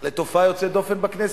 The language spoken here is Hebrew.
לתופעה יוצאת דופן בכנסת: